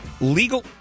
Legal